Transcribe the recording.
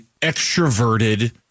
extroverted